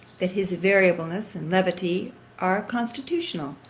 that his variableness and levity are constitutional,